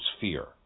fear